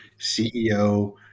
CEO